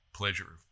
pleasure